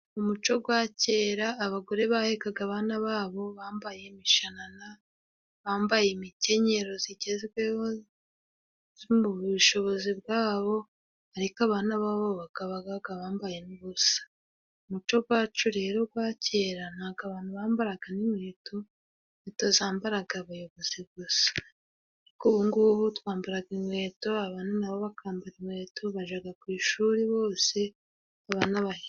Mu muco wa kera, abagore bahekaga abana babo bambaye imishanana, bambaye imikenyero igezweho, yo mu bushobozi bwabo ariko abana babo bakaba babaga bambaye n'ubusa. Muco wacu rero wa kera, ntabwo abantu bambaraga n'inkweto, inkweto zambaraga abayobozi gusa. Ariko ubungubu twambara inkweto abana na bo bakambara inkweto, bajya ku ishuri bose, abana ...